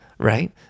Right